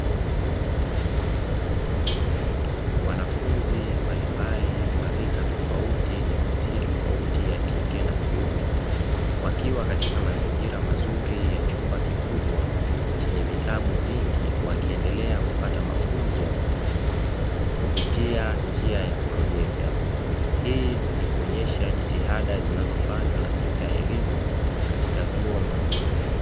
Wanafunzi mbalimbali, wa rika tofauti na jinsia tofauti, ya kike na kiume, wakiwa katika mazingira mazuri ya chumba kikubwa chenye vitabu vingi, wakiendelea kupata mafunzo kupitia njia ya projekta. Hii ni kuonyesha jitihada zinazofanywa na sekta ya Elimu katika vyuo mbalimbali.